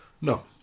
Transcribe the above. no